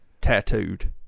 tattooed